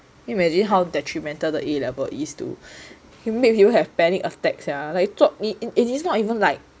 can you imagine how detrimental the a level is to make you have panic attack sia like me in it it's not even like